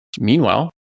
meanwhile